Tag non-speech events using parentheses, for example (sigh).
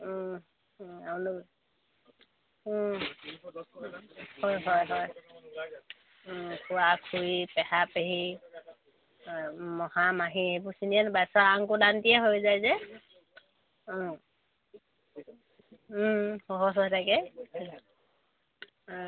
(unintelligible) হয় হয় হয় খুড়া খুড়ী পেহা পেহী মহা মাহী এইবোৰ চিনিয়ে নাপায় চব আংকুল আন্টিয়ে হৈ যায় যে সহজ হৈ যায়গে